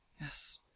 Yes